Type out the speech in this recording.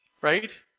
right